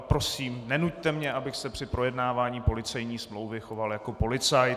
Prosím, nenuťte mě, abych se při projednávání policejní smlouvy choval jako policajt.